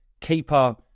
Keeper